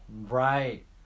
Right